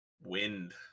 wind